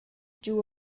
giu